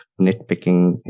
nitpicking